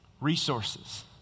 resources